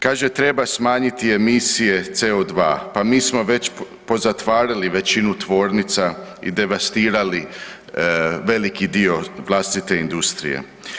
Kaže, treba smanjiti emisije CO2, pa mi smo već pozatvarali većinu tvornica i devastirali veliki dio vlastite industrije.